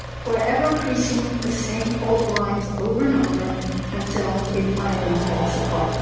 forever creasing the same fault lines over and over until it finally falls apart.